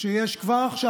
שיש כבר עכשיו.